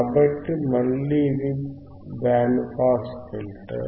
కాబట్టి మళ్ళీ ఇది బ్యాండ్ పాస్ ఫిల్టర్